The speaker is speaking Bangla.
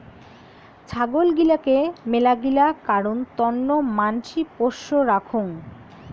ছাগল গিলাকে মেলাগিলা কারণ তন্ন মানসি পোষ্য রাখঙ